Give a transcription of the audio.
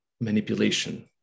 manipulation